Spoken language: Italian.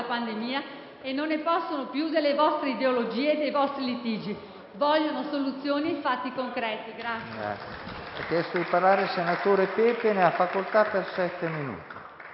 e non ne possono più delle vostre ideologie e dei vostri litigi. Vogliono soluzioni e fatti concreti.